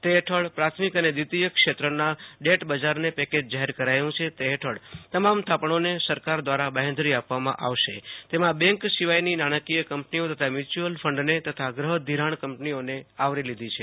તે હેઠ પ્રાથમિક અને દ્વિતીય ક્ષેત્રના ડેટ બજારને પેકેજ જાહેર કરાયું તે હેઠળ તમામ થાપણોને સરકાર દ્વારા બાંહેધરી આપવામાં આવશે તેમાં બેન્ક સિવાયની નાણાકીય કંપનીઓ તથા મ્યુચ્યુઅલ ફંડને તથા ગ્રહષિરાણ કંપનીઓને આવરી લીધી છે